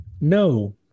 No